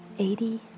Eighty